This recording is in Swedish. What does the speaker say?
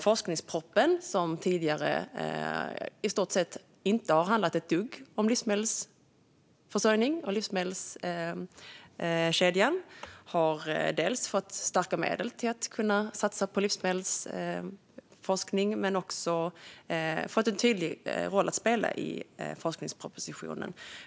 Forskningspropositionen har tidigare i stort sett inte alls handlat om livsmedelsförsörjning och livsmedelskedjan men har dels fått stora medel för att kunna satsa på livsmedelsforskning, dels fått spela en tydlig roll.